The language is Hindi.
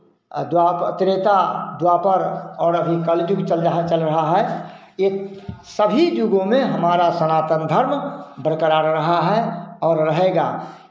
द्वाप त्रेता द्वापर और अभी कलकी भी चल रहा चल रहा है एक सभी युगों में हमारा सनातन धर्म बरकरार रहा है और रहेगा